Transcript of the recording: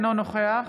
אינו נוכח